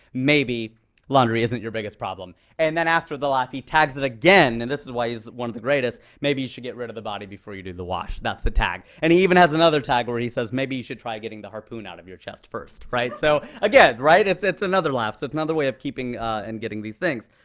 maybe laundry isn't your biggest problem. and then after the laugh, he tags it again and this is why he's one of the greatest maybe you should get rid of the body before you do the wash. that's the tag. and he even has another tag where he says, maybe you should try getting the harpoon out of your chest first. right? so again, right, it's it's another laugh. it's another way of keeping and getting these things.